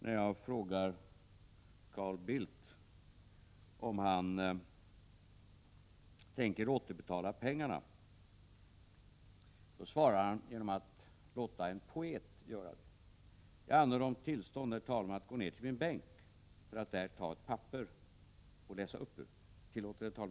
När jag frågar Carl Bildt om han tänker återbetala de aktuella pengarna — och det här är ändå litet lustigt — svarar han genom att låta en poet göra det. Jag anhåller, herr talman, om tillstånd att få gå ned till min bänk och hämta ett papper som jag skall läsa upp ur.